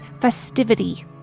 festivity